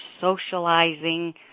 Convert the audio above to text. socializing